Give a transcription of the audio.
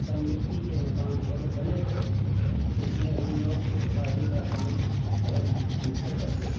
तब मिट्टी के मकान थे बने थे उसमें हम लोग चित्रकारी का काम बहुत ढंग से करते थे